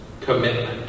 commitment